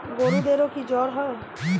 গরুদেরও কি জ্বর হয়?